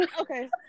Okay